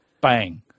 Bang